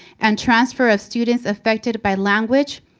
and transfer of students affected by language,